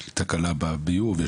יש לי תקלה בביוב.